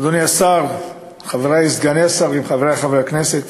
אדוני השר, חברי סגני השרים, חברי חברי הכנסת,